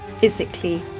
physically